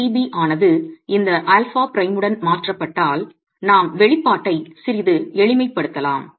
1tb ஆனது இந்த α' உடன் மாற்றப்பட்டால் நாம் வெளிப்பாட்டை சிறிது எளிமைப்படுத்தலாம்